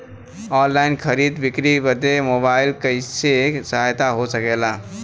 Online खरीद बिक्री बदे मोबाइल कइसे सहायक हो सकेला?